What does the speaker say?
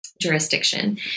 jurisdiction